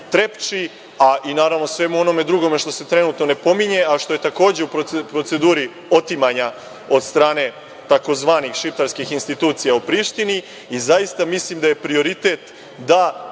„Trepči“, a naravno i svemu onom drugom što se trenutno ne pominje, a što je takođe u proceduri otimanja od strane tzv. „šiptarskih“ institucija u Prištini i zaista mislim da je prioritet da